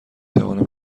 توانم